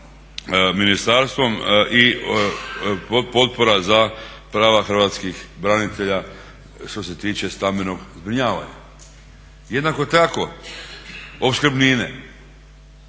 ministarstvom i potpora za prava hrvatskih branitelja što se tiče stambenog zbrinjavanja. Jednako tako opskrbnine.